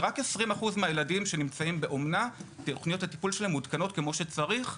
רק ל-20% מהילדים שנמצאים באומנה תוכניות הטיפול מעודכנות כמו שצריך.